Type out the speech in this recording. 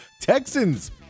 Texans